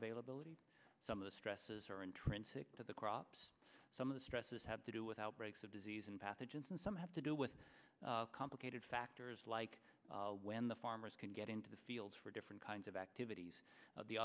availability some of the stresses are intrinsic to the crops some of the stresses have to do with outbreaks of disease and pathogens and some have to do with complicated factors like when the farmers can get into the fields for different kinds of activities